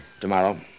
Tomorrow